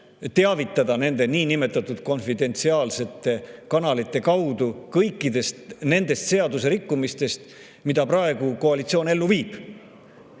teavitada nende niinimetatud konfidentsiaalsete kanalite kaudu kõikidest nendest seaduserikkumistest, mida praegu koalitsioon ellu viib.